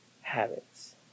habits